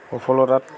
সফলতাত